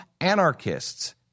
anarchists